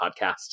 podcast